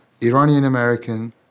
Iranian-American